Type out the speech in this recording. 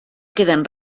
queden